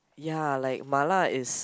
ya like mala is